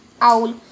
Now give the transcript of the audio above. owl